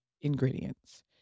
ingredients